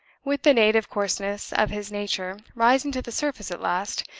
with the native coarseness of his nature rising to the surface at last.